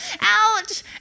ouch